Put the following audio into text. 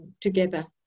together